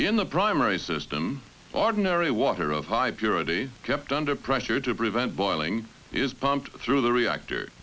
in the primary system ordinary water of high purity kept under pressure to prevent boiling is pumped through the reactor